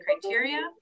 criteria